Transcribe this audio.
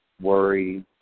worries